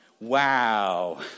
Wow